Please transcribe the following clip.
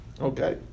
Okay